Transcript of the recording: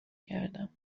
کردم